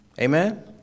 Amen